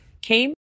came